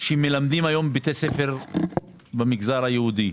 שמלמדים היום בבתי ספר במגזר היהודי.